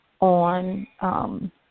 on